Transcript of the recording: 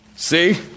See